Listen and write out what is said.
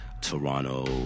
Toronto